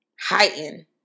heighten